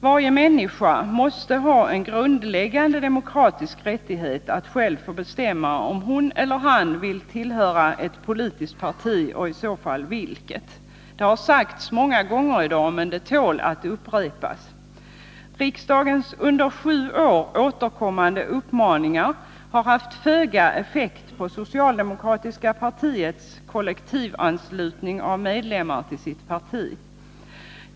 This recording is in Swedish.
Varje människa måste ha en grundläggande demokratisk rättighet att själv få bestämma om hon eller han vill tillhöra ett politiskt parti, och i så fall vilket. Det har sagts många gånger i dag, men det tål att upprepas. Riksdagens under sju år återkommande uppmaningar har haft föga effekt på socialdemokratiska partiets kollektivanslutning av medlemmar till sitt parti.